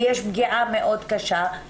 ויש פגיעה מאוד קשה.